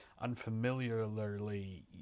unfamiliarly